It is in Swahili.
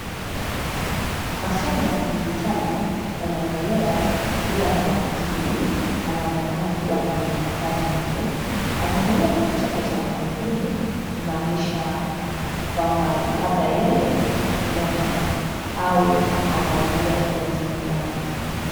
Masomo ya kidijitali yanaendelea, ila mwanafunzi huyu anaonekana kuwa wa mahitaji maalum. Amekalia kiti cha magurudumu; kumaanisha kwamba labda yeye ni kilema au anaugua ugonjwa fulani.